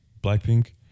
Blackpink